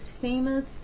famous